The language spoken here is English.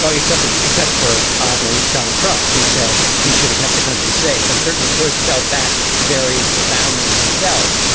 ah except for except for oddly, donald trump, who said he should have kept the country safe. and certainly bush felt that very profoundly himself.